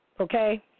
Okay